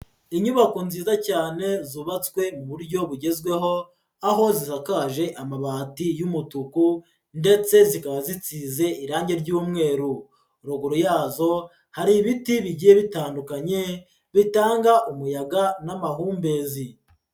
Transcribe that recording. Inyubako nziza cyane zubatswe mu buryo bugezweho, aho zisakaje amabati y'umutuku ndetse zikaba zisize irangi ry'umweru, ruguru yazo hari ibiti bigiye bitandukanye, bitanga umuyaga n'amahumbezi.